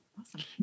Awesome